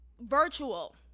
virtual